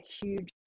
huge